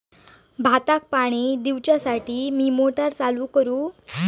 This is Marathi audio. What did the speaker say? भाताक पाणी दिवच्यासाठी मी मोटर चालू करू?